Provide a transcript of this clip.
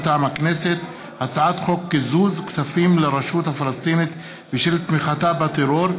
מטעם הכנסת: הצעת חוק קיזוז כספים לרשות הפלסטינית בשל תמיכה בטרור,